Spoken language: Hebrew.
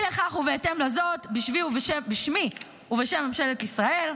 אי לכך ובהתאם לזאת, בשמי ובשם ממשלת ישראל,